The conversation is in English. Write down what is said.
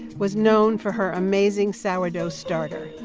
was known for her amazing sourdough starter.